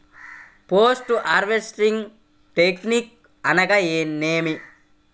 Post harvesting technique అనగా నేమి?